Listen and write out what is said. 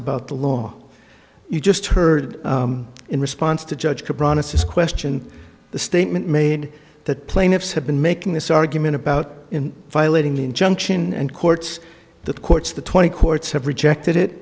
about the law you just heard in response to judge brown is this question the statement made that plaintiffs have been making this argument about violating the injunction and courts the courts the twenty courts have rejected it